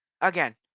again